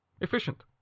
Efficient